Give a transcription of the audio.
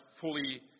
fully